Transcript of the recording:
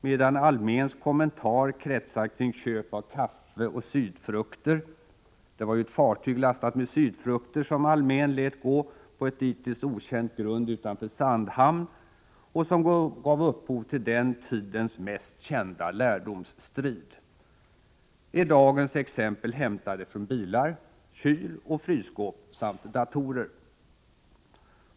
Medan Alméns kommentar kretsar kring köp av kaffe och sydfrukter — det var ju ett fartyg lastat med sydfrukter som Almén lät gå på ett dittills okänt grund utanför Sandhamn och som gav upphov till den tidens mest kända lärdomsstrid — är dagens exempel hämtade från bilar, kyloch frysskåp samt datorer.